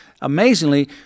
amazingly